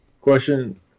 question